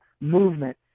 movement